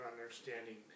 understanding